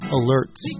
alerts